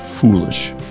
foolish